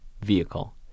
vehicle